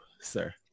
sir